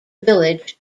village